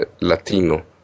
Latino